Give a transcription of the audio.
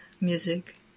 music